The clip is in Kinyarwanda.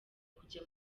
kujya